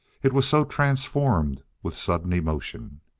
it was so transformed with sudden emotion.